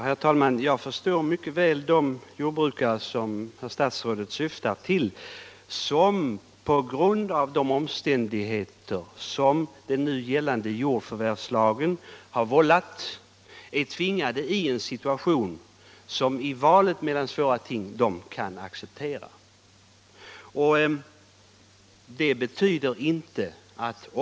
Herr talman! Jag förstår mycket väl de jordbrukare som statsrådet syftar på, som på grund av de omständigheter som den nu gällande jordförvärvslagen har vållat har tvingats in i en situation som de i en sådan valsituation kan acceptera.